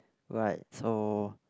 right so